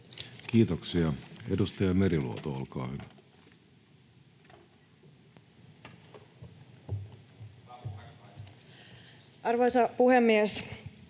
Kiitoksia. — Edustaja Meriluoto, olkaa hyvä. Arvoisa puhemies!